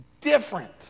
different